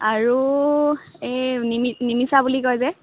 আৰু এই নিমিশা বুলি কৈ যে